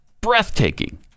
Breathtaking